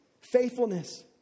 faithfulness